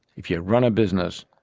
if you run a business,